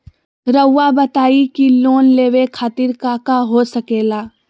रउआ बताई की लोन लेवे खातिर काका हो सके ला?